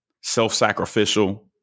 self-sacrificial